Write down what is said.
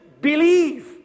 believe